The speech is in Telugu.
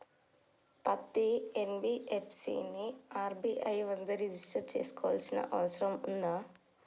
పత్తి ఎన్.బి.ఎఫ్.సి ని ఆర్.బి.ఐ వద్ద రిజిష్టర్ చేసుకోవాల్సిన అవసరం ఉందా?